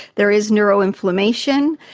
there is neuro-inflammation,